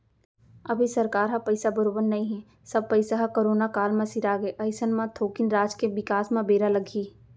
अभी सरकार ह पइसा बरोबर नइ हे सब पइसा ह करोना काल म सिरागे अइसन म थोकिन राज के बिकास म बेरा लगही